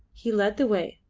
he led the way,